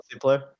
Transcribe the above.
player